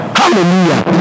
hallelujah